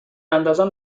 اندازان